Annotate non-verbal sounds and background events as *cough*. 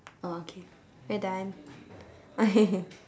oh okay we're done *laughs*